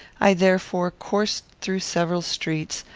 i therefore coursed through several streets,